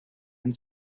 and